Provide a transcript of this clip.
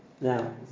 Now